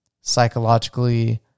psychologically